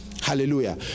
Hallelujah